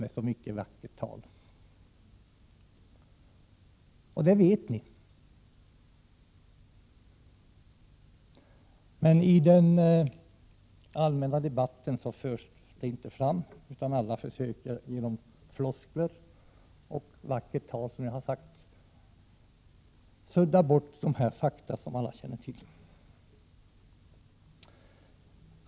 Det vet ni också, men i den allmänna debatten förs det inte fram, utan ni försöker genom floskler och vackert tal sudda bort de fakta som alla känner till.